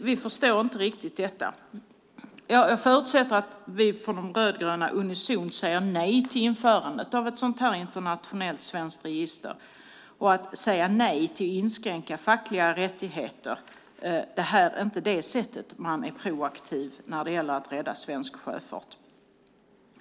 Vi förstår inte riktigt detta. Jag förutsätter att vi från de rödgröna unisont säger nej till införandet av ett sådant internationellt svenskt register och till inskränkningar i fackliga rättigheter. Det här är inte sättet att vara proaktiv när det gäller att rädda svensk sjöfart.